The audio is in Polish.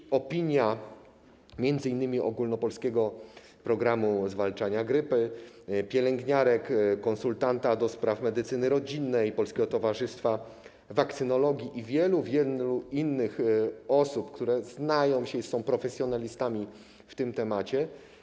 Jest opinia m.in. Ogólnopolskiego Programu Zwalczania Grypy, pielęgniarek, konsultanta do spraw medycyny rodzinnej, Polskiego Towarzystwa Wakcynologii i wielu, wielu innych osób, które znają się i są profesjonalistami w tym temacie.